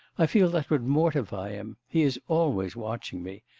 i feel that would mortify him. he is always watching me.